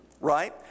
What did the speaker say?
right